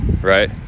right